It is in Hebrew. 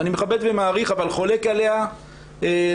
שאני מכבד ומעריך אבל חולק עליה לחלוטין,